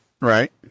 Right